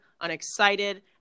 unexcited